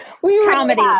Comedy